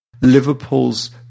Liverpool's